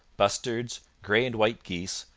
bustards, grey and white geese,